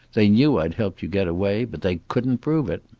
they knew i'd helped you get away. but they couldn't prove it.